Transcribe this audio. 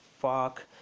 fuck